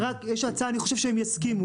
יש לי הצעה, אני חושב שהם יסכימו.